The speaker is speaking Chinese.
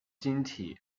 晶体